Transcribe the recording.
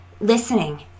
listening